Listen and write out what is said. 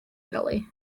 italy